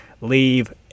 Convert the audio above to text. leave